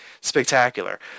Spectacular